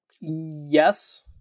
Yes